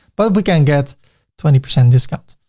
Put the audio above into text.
but we can get twenty percent discount.